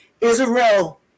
Israel